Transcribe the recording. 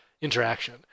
interaction